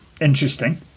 interesting